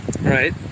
Right